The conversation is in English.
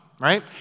Right